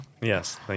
Yes